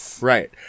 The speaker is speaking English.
Right